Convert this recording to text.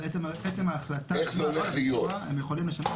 עצם ההחלטה --- הם יכולים לשנות --- אני שואל איך זה הולך להיות?